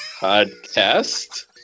podcast